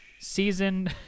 Season